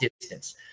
distance